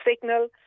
signal